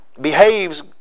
behaves